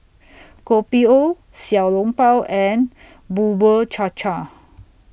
Kopi O Xiao Long Bao and Bubur Cha Cha